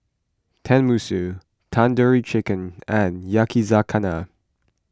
Tenmusu Tandoori Chicken and Yakizakana